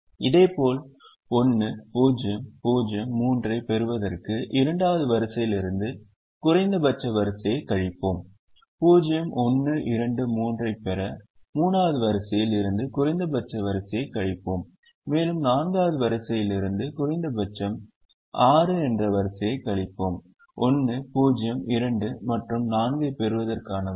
இதேபோல் 1 0 0 3 ஐப் பெறுவதற்கு இரண்டாவது வரிசையிலிருந்து குறைந்தபட்ச வரிசையைக் கழிப்போம் 0 1 2 3 ஐப் பெற 3 வது வரிசையில் இருந்து குறைந்தபட்ச வரிசையை கழிப்போம் மேலும் 4 வது வரிசையிலிருந்து குறைந்தபட்சம் 6 என்ற வரிசையை கழிப்போம் 1 0 2 மற்றும் 4 ஐப் பெறுவதற்கான வரிசை